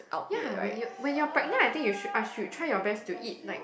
ya when you when you are pregnant I think you should uh should try your best to eat like